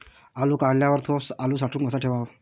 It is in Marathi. आलू काढल्यावर थो आलू साठवून कसा ठेवाव?